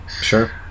Sure